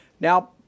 Now